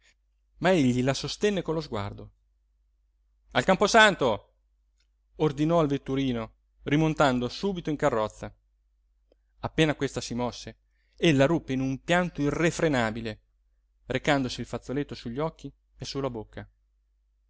egli la sostenne con lo sguardo al camposanto ordinò al vetturino rimontando subito in carrozza appena questa si mosse ella ruppe in un pianto irrefrenabile recandosi il fazzoletto sugli occhi e sulla bocca